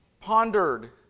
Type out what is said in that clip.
pondered